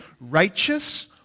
righteous